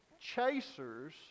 chasers